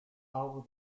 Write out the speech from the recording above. arbre